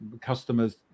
customers